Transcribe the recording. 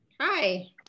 Hi